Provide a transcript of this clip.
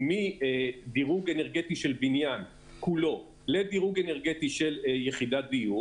מדירוג אנרגטי של בניין כולו לדירוג אנרגטי של יחידת דיור